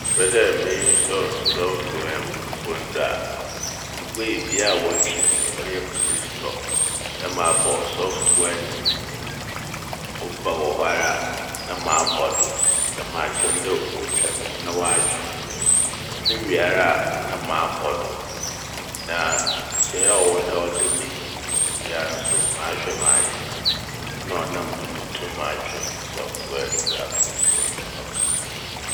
Mepɛ dɛ me "install software" wɔ mo fone do a mubuei bea a wɔtwe no, ɔyɛ "playstore" na mabɔ "soft ware " no ne dzin. Ɔba wɔ hɔ ara na mabɔ do na matwɛn dɛ obotwa ne ho na ɔatwe ewie. Ɔtwe wie ara na mabɔ do na nhyehyɛe a ɔwɔ do a ɔwɔ dɛ medzi no wɔ do biara so mahwɛ mayɛ. Ɔno ɔnam do motum matwe software no medze ato mo fone no do ma medze edzi mo dwuma.